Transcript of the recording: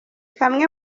kamwe